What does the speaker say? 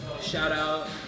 Shout-out